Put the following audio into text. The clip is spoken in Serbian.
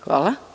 Hvala.